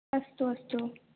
अस्तु अस्तु